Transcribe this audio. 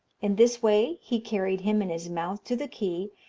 in this way he carried him in his mouth to the quay,